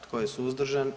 Tko je suzdržan?